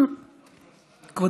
בבקשה, גברתי.